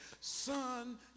son